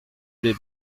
les